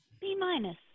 B-minus